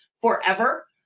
forever